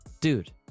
Dude